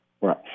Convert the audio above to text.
Right